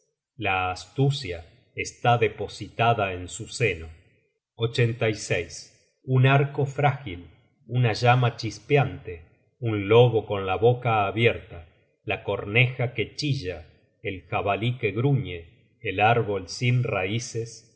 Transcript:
la astucia está depositada en su seno un arco frágil una llama chispeante un lobo con la boca abierta la corneja que chilla el jabalí que gruñe el árbol sin raices